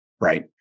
right